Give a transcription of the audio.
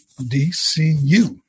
DCU